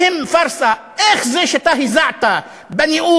אם הם פארסה, איך זה שאתה הזעת בנאום,